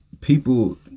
people